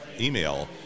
email